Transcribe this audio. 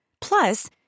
Plus